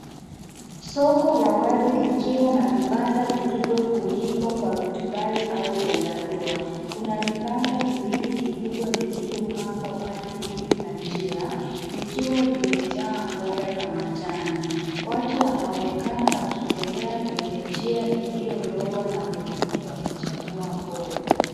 Soko la wazi likiwa na vibanda vilivyo funikwa kwa rutubai ama vyandarua. Kuna vibanda viwili vikubwa vilivyo pangwa pande mbili za njia vikiwa vimejaa mboga za majani. Watu wanaonekana wakitembea kwenye njia iliyo loa na wengine wakichagua mboga.